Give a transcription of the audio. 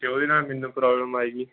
ਤਾਂ ਉਹਦੇ ਨਾਲ ਮੈਨੂੰ ਪ੍ਰੋਬਲਮ ਆਏਗੀ